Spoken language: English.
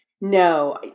No